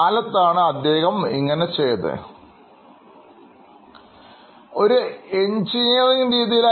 John Arnold എന്ന വ്യക്തിയെ സംബന്ധിച്ചിടത്തോളം ഒരു എൻജിനീയർരീതി ആയിരുന്നു